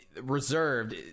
reserved